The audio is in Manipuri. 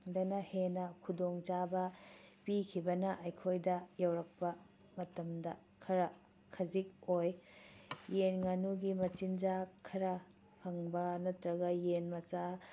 ꯗꯅ ꯍꯦꯟꯅ ꯈꯨꯗꯣꯡ ꯆꯥꯕ ꯄꯤꯈꯤꯕꯅ ꯑꯩꯈꯣꯏꯗ ꯌꯧꯔꯛꯄ ꯃꯇꯝꯗ ꯈꯔ ꯈꯖꯤꯛ ꯑꯣꯏ ꯌꯦꯟ ꯉꯥꯅꯨꯒꯤ ꯃꯆꯤꯟꯖꯥꯛ ꯈꯔ ꯐꯪꯕ ꯅꯠꯇ꯭ꯔꯒ ꯌꯦꯟ ꯃꯆꯥ